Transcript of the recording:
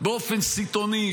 באופן סיטוני,